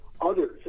others